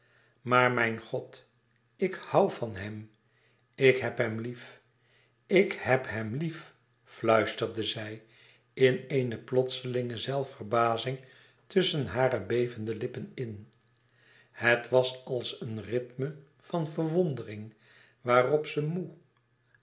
maar mijn god ik hoû van hem ik heb hem lief ik heb hem lief fluisterde zij in eene plotselinge zelfverbazing tusschen hare bevende lippen in het was als een rythme van verwondering waarop ze moê